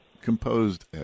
composed